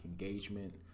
engagement